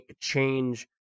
change